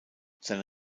seine